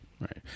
right